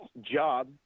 job